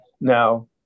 Now